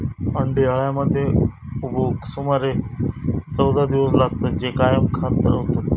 अंडी अळ्यांमध्ये उबवूक सुमारे चौदा दिवस लागतत, जे कायम खात रवतत